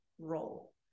role